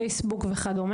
פייסבוק וכד',